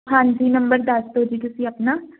ਹਾਂਜੀ ਨੰਬਰ ਦੱਸ ਦਿਓ ਜੀ ਤੁਸੀਂ ਆਪਣਾ